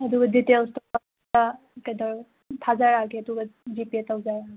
ꯑꯗꯨꯒ ꯗꯦꯇꯦꯜꯁꯇꯣ ꯀꯩꯗꯧꯔ ꯊꯥꯖꯔꯛꯑꯒꯦ ꯑꯗꯨꯒ ꯖꯤꯄꯦ ꯇꯧꯖꯔꯛꯑꯒꯦ